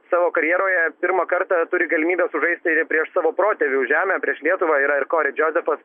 savo karjeroje pirmą kartą turi galimybę sužaisti prieš savo protėvių žemę prieš lietuvą yra ir kori džozefas